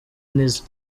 nizzo